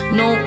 no